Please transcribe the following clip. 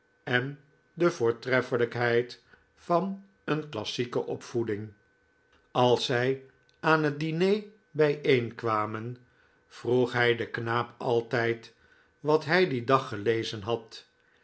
en de voortreffelijkheid van een klassieke opvoeding als zij aan het diner bijeenkwamen vroeg hij den knaap altijd wat hij dien dag gelezen had